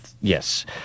Yes